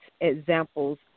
examples